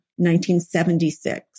1976